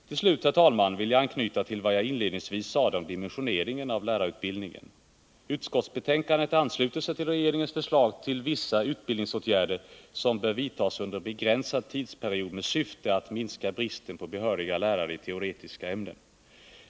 Till slut, herr talman, vill jag anknyta till vad jag inledningsvis sade om dimensioneringen av lärarutbildningen. Utskottsmajoriteten ansluter sig till regeringens förslag beträffande vissa utbildningsåtgärder som bör vidtas under en begränsad tidsperiod med syfte att minska bristen på behöriga lärare i teoretiska ämnen.